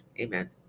Amen